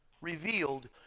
revealed